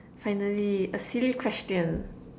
finally a silly question